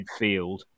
midfield